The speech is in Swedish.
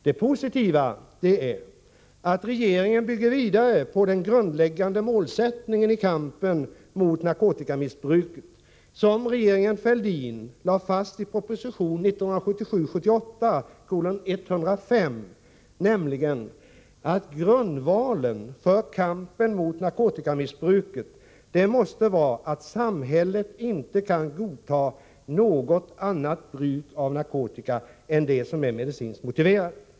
Det positiva är att regeringen bygger vidare på den grundläggande målsättning i kampen mot narkotikamissbruket som regeringen Fälldin lade fast i proposition 1977/78:105, nämligen att grundvalen för kampen mot narkotikamissbruket måste vara att samhället inte kan godtaga något annat bruk av narkotika än det som är medicinskt motiverat.